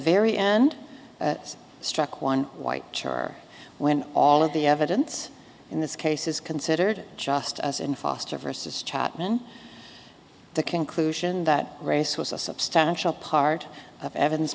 very end struck one white char when all of the evidence in this case is considered just as in foster vs chatman the conclusion that race was a substantial part of evidence